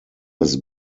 his